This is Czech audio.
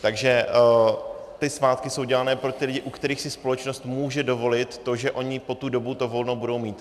Takže ty svátky jsou dělány pro ty lidi, u kterých si společnost může dovolit to, že oni po tu dobu to volno budou mít.